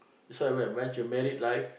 that's why you m~ once you married life